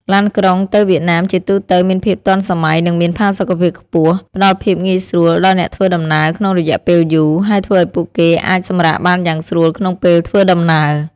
ឡានក្រុងទៅវៀតណាមជាទូទៅមានភាពទាន់សម័យនិងមានផាសុកភាពខ្ពស់ ផ្តល់ភាពងាយស្រួលដល់អ្នកធ្វើដំណើរក្នុងរយៈពេលយូរ ហើយធ្វើឱ្យពួកគេអាចសម្រាកបានយ៉ាងស្រួលក្នុងពេលធ្វើដំណើរ។